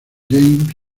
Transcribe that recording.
james